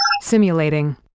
Simulating